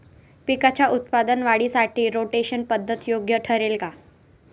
पिकाच्या उत्पादन वाढीसाठी रोटेशन पद्धत योग्य ठरेल का?